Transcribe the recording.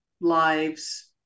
lives